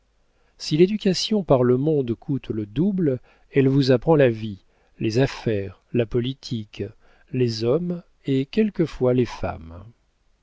si l'éducation par le monde coûte le double elle vous apprend la vie les affaires la politique les hommes et quelquefois les femmes